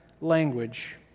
language